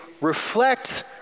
reflect